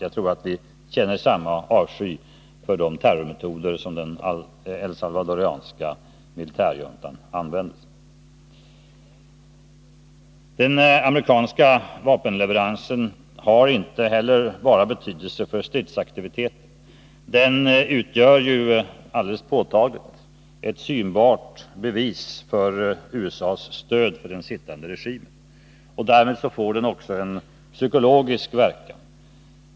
Jag tror att Bertil Zachrisson och jag känner samma avsky för de terrormetoder som den salvadoranska militärjuntan använder. De amerikanska vapenleveranserna har inte enbart betydelse för stridsaktiviteten. De utgör alldeles påtagligt ett synbart bevis för USA:s stöd till den sittande regimen. Därmed får de också en psykologisk verkan.